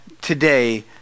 today